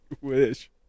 wish